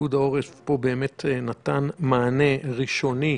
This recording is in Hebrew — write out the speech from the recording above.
פיקוד העורף נתן מענה ראשוני